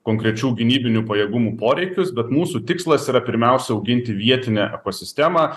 konkrečių gynybinių pajėgumų poreikius bet mūsų tikslas yra pirmiausia auginti vietinę ekosistemą